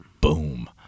boom